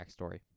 backstory